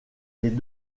les